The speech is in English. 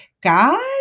god